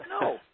No